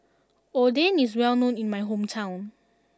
Oden is well known in my hometown